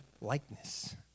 likeness